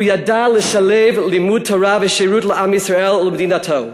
הוא ידע לשלב לימוד תורה ושירות לעם ישראל ולמדינתו.